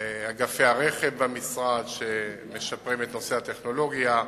אגפי הרכב במשרד, שמשפרים את נושא הטכנולוגיה,